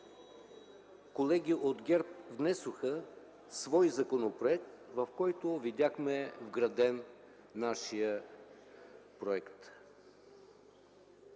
колеги от ГЕРБ внесоха свой законопроект, в който видяхме вграден нашият проект.